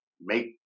make